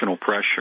pressure